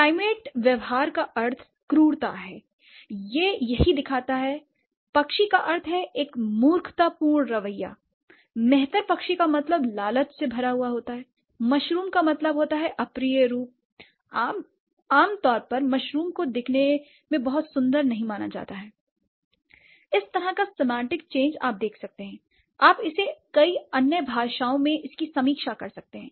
primate व्यवहार का अर्थ क्रूरता है यह यही दिखाता है l पक्षी का अर्थ है एक मूर्खतापूर्ण रवैया l मेहतर पक्षी का मतलब लालच से भरा होता है मशरूम का मतलब होता है अप्रिय रूप l आमतौर पर मशरूम को दिखने में बहुत सुंदर नहीं माना जाता है l इस तरह का सेमांटिक चेंज आप देख सकते हैं आप इसे कई अन्य भाषाओं में इसकी समीक्षा कर सकते हैं